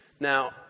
Now